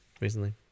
recently